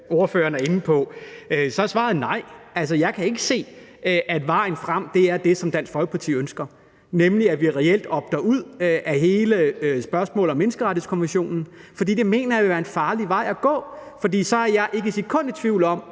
spørgeren er inde på, er svaret nej. Altså, jeg kan ikke se, at vejen frem er det, som Dansk Folkeparti ønsker, nemlig at vi reelt opter ud af hele spørgsmålet om Menneskerettighedskommissionen. Det mener jeg ville være en farlig vej at gå, for jeg er ikke et sekund i tvivl om,